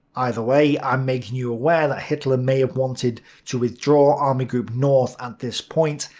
either way, i'm making you aware that hitler may have wanted to withdraw army group north at this point,